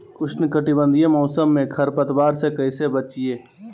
उष्णकटिबंधीय मौसम में खरपतवार से कैसे बचिये?